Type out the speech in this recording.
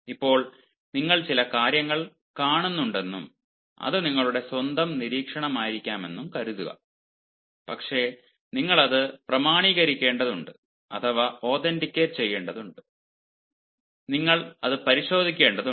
ഇപ്പോൾ നിങ്ങൾ ചില കാര്യങ്ങൾ കാണുന്നുണ്ടെന്നും അത് നിങ്ങളുടെ സ്വന്തം നിരീക്ഷണമായിരിക്കാമെന്നും കരുതുക പക്ഷേ നിങ്ങൾ അത് പ്രാമാണീകരിക്കേണ്ടതുണ്ട് നിങ്ങൾ അത് പരിശോധിക്കേണ്ടതുണ്ട്